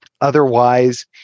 Otherwise